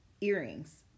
earrings